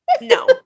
no